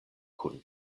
kun